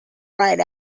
right